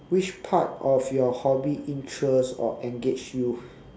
which part of your hobby interest or engage you